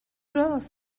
راس